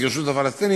גירשו את הפלסטינים.